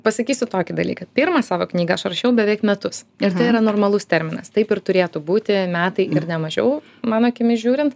pasakysiu tokį dalyką pirmą savo knygą aš rašiau beveik metus ir tai yra normalus terminas taip ir turėtų būti metai ir ne mažiau mano akimis žiūrint